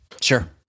Sure